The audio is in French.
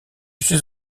suis